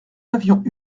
avions